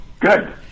Good